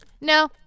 No